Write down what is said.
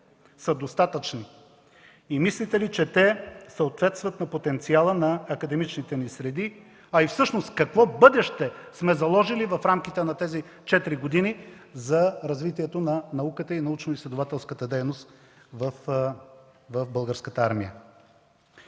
са достатъчни и мислите ли, че те съответстват на потенциала на академичните ни среди? А и всъщност какво бъдеще сме заложили в рамките на тези 4 години за развитието на науката и научноизследователската дейност в Българската армия?